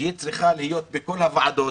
צריכה להיות בכל הוועדות,